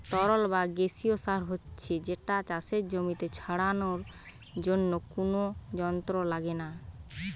তরল বা গেসিও সার হচ্ছে যেটা চাষের জমিতে ছড়ানার জন্যে কুনো যন্ত্র লাগছে না